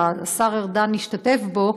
והשר ארדן השתתף בו.